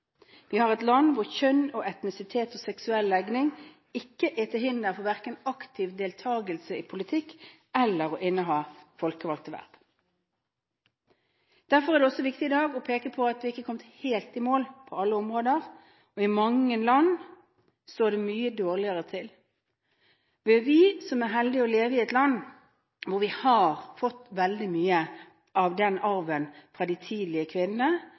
Vi er et land der kjønn, etnisitet og seksuell legning ikke er til hinder verken for aktiv deltakelse i politikk eller for å inneha folkevalgte verv. Derfor er det også viktig i dag å peke på at vi ikke har kommet helt i mål på alle områder, og at det i mange land står mye dårligere til. Det er vi, som er så heldige at vi lever i et land hvor vi har fått veldig mye av arven fra disse tidlige kvinnene,